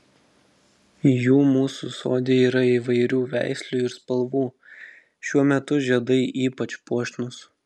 jų mūsų sode yra įvairių veislių ir spalvų šiuo metu žiedai ypač puošnūs